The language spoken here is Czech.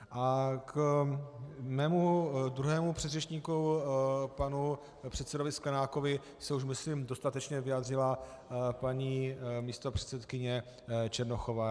A k mému druhému předřečníkovi panu předsedovi Sklenákovi se už myslím dostatečně vyjádřila paní místopředsedkyně Černochová.